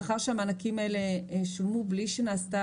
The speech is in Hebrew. מאחר שהמענקים האלה שולמו בלי שנעשתה